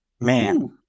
man